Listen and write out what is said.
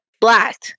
Black